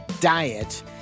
diet